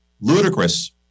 ludicrous